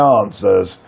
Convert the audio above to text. answers